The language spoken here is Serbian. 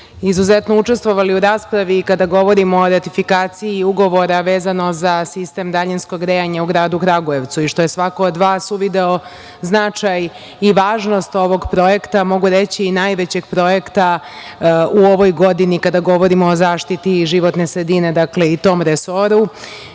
izuzetno učestvovali u raspravi kada govorimo o ratifikaciji ugovora vezano za sistem daljinskog grejanja u gradu Kragujevcu i što je svako od vas uvideo značaj i važnost ovog projekta, mogu reći i najvećeg projekta u ovoj godini kada govorimo o zaštiti životne sredine i tom